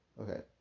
Okay